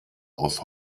aus